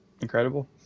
incredible